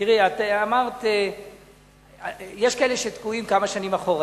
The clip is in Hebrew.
תראי, יש כאלה שתקועים כמה שנים אחורנית.